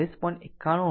આમ કુલ 40